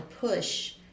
push